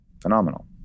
phenomenal